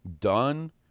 done